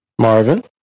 Marvin